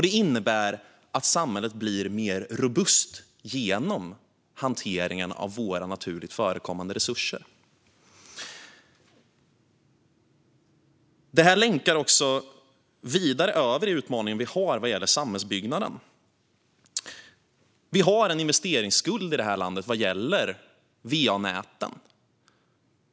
Det innebär att samhället blir mer robust genom hanteringen av våra naturligt förekommande resurser. Det här länkas samman med utmaningen vi har vad gäller samhällsbyggnaden. Vi har en investeringsskuld i landet vad gäller va-näten.